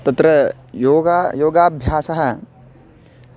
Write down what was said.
तत्र योगः योगाभ्यासः